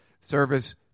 Service